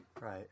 right